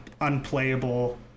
unplayable